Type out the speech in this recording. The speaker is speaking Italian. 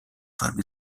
farmi